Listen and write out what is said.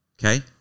Okay